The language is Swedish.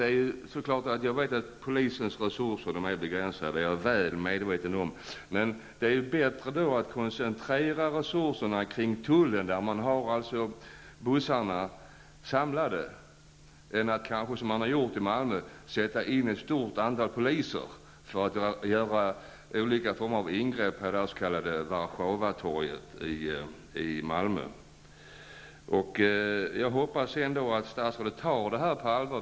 Jag är väl medveten om att polisens resurser är begränsade, och då är det bättre att koncentrera resurserna kring tullen, där man har bussarna samlade, i stället för att, som man har gjort, sätta in ett stort antal poliser för att göra ingripanden vid det s.k. Warszawatorget i Malmö. Jag hoppas ändå att statsrådet tar den här frågan på allvar.